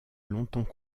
longtemps